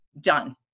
done